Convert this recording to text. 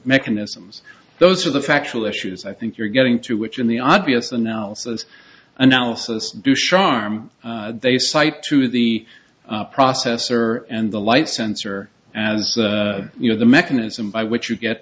mechanisms those are the factual issues i think you're getting to which in the obvious analysis analysis do sharm they site through the processor and the light sensor as you know the mechanism by which you get